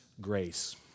grace